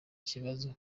kibazo